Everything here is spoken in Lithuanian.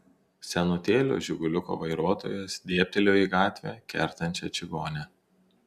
senutėlio žiguliuko vairuotojas dėbteli į gatvę kertančią čigonę